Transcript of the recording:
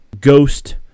ghost